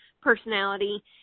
personality